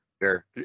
Sure